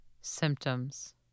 Symptoms